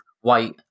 white